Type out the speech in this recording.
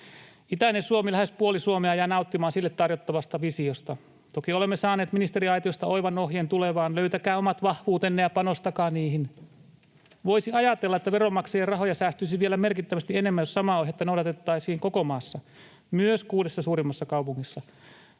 Itäinen Suomi, lähes puoli Suomea, jää nauttimaan sille tarjottavasta visiosta. Toki olemme saaneet ministeriaitiosta oivan ohjeen tulevaan: löytäkää omat vahvuutenne ja panostakaa niihin. Voisi ajatella, että veronmaksajien rahoja säästyisi vielä merkittävästi enemmän, jos samaa aihetta noudatettaisiin koko maassa, myös kuudessa suurimmassa kaupungissa.